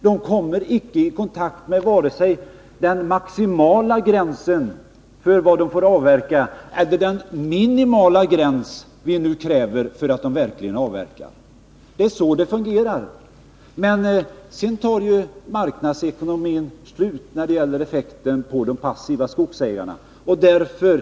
De kommer inte i kontakt med vare sig den maximala gränsen för vad de får avverka eller den minimala gräns vi nu kräver för vad de skall avverka. Det är så det fungerar. Men marknadsekonomins mekanismer biter inte på de passiva skogsägarna. Därför måste frågan lagregleras.